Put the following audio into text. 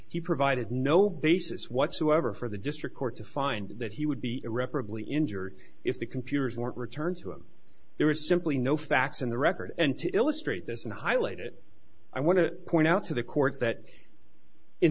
he provided no basis whatsoever for the district court to find that he would be irreparably injured if the computers weren't returned to him there is simply no facts in the record and to illustrate this in highlight it i want to point out to the court that in